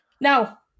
Now